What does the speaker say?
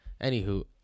Anywho